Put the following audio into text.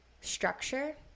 structure